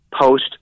post